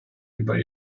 über